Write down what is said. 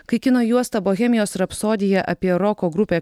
kai kino juosta bohemijos rapsodija apie roko grupę